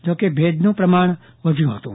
જોકે ભેજનું પ્રમાણ વધુ હતું